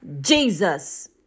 Jesus